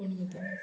पूण मदीं